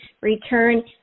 return